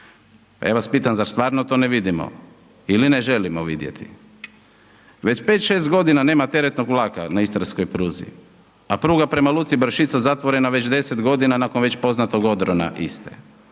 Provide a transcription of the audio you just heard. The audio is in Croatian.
Ja vas pitam zar stvarno to ne vidimo ili ne želimo vidjeti? Već 5, 6 godina nema teretnog vlaka na Istarskoj pruzi, a pruga prema luci Brašica zatvorena već 10 godina nakon već poznatog odrona iste.